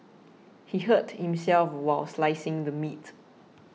he hurt himself while slicing the meat